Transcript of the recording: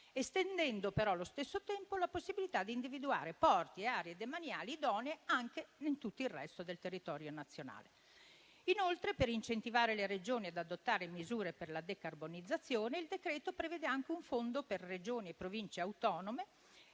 estendendo però, allo stesso tempo, la possibilità di individuare porti e aree demaniali idonei anche in tutto il resto del territorio nazionale. Per incentivare le Regioni ad adottare misure per la decarbonizzazione, il provvedimento prevede anche un fondo per Regioni e Province autonome,